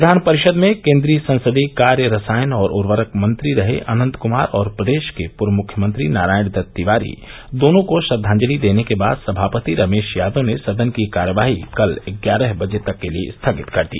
विधान परिषद में केन्द्रीय संसदीय कार्य रसायन और उर्वरक मंत्री रहे अनन्त कुमार और प्रदेश के पूर्व मुख्यमंत्री नारायण दत्त तिवारी दोनों को श्रद्वाजलि देने के बाद सभापति रमेश यादव ने सदन की कार्यवाही कल ग्यारह बजे तक के लिये स्थगित कर दी